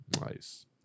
Nice